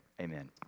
Amen